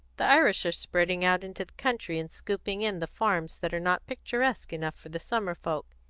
the irish are spreading out into the country and scooping in the farms that are not picturesque enough for the summer folks.